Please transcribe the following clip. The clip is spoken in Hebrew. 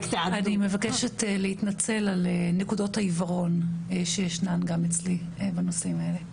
אני מבקשת להתנצל על נקודות העיוורון שישנן גם אצלי בנושאים האלה.